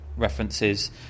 references